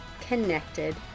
connected